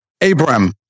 Abram